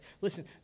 Listen